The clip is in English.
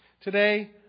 Today